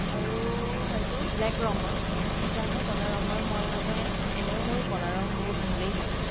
আৰু হয়তো ব্লেক ৰঙৰ সেইকাৰণে ক'লা ৰঙৰ মই মানে এনেও মোৰ ক'লা ৰং বহুত ভালেই থাকে